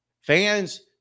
Fans